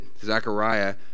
Zechariah